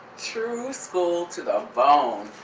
true school to the bone,